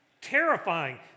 Terrifying